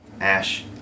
Ash